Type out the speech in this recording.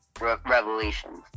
revelations